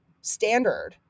standard